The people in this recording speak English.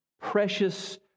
precious